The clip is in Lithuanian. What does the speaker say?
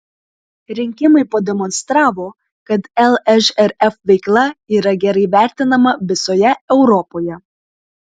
rinkimai pademonstravo kad lžrf veikla yra gerai vertinama visoje europoje